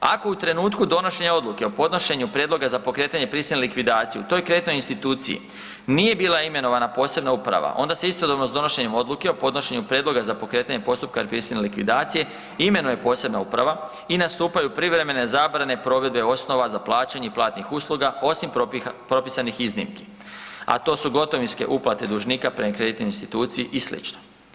Ako u trenutku donošenja odluke o podnošenju prijedloga za pokretanje prisilne likvidacije u toj kreditnoj instituciji nije bila imenovana posebna uprava, onda se istodobno s donošenjem odluke o podnošenju prijedloga za pokretanja postupka prisilne likvidacije imenuje posebna uprava i nastupaju privremene zabrane provedbe osnova za plaćanje platnih usluga, osim propisanih iznimki, a to su gotovinske uplate dužnika prema kreditnoj instituciji i sl.